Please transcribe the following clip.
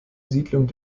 siedlung